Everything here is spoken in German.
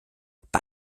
bei